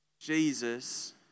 Jesus